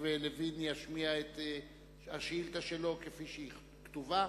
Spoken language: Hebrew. לוין ישמיע את השאילתא שלו כפי שהיא כתובה.